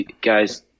Guys